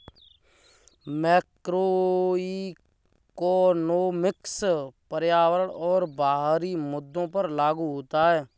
macroeconomics पर्यावरण और बाहरी मुद्दों पर लागू होता है